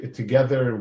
together